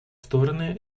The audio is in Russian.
стороны